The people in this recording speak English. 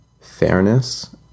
fairness